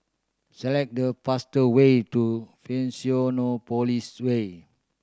select the faster way to Fusionopolis Way